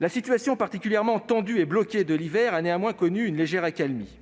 La situation particulièrement tendue et bloquée de l'hiver dernier a néanmoins connu une légère accalmie.